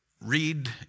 Read